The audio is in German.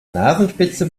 nasenspitze